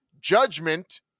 judgment